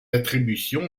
attribution